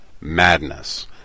Madness